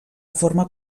forma